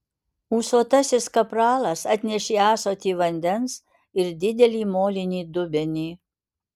ūsuotasis kapralas atnešė ąsotį vandens ir didelį molinį dubenį